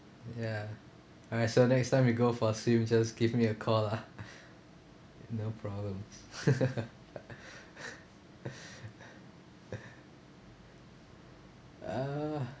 ya alright so next time we go for swim just give me a call lah no problems uh